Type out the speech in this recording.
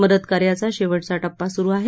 मतदकार्याचा शेवटचा टप्पा सुरु आहे